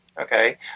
Okay